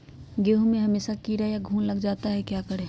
गेंहू में हमेसा कीड़ा या घुन लग जाता है क्या करें?